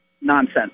nonsense